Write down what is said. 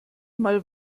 mal